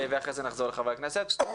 אחרי זה נחזור לחברי הכנסת.